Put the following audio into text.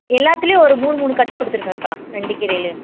எல்லாத்துலேயும் ஒரு மூணு மூணு கட்டு கொடுத்துருங்கக்கா ரெண்டு கீரையிலேயும்